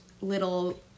little